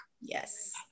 Yes